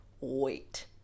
wait